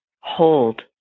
hold